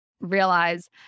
realize